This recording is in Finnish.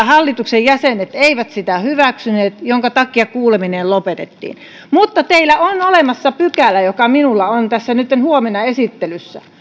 hallituksen jäsenet eivät sitä hyväksyneet minkä takia kuuleminen lopetettiin mutta teillä on olemassa pykälä joka minulla on tässä nytten huomenna esittelyssä